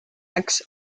läks